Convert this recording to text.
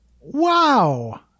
Wow